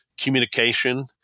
communication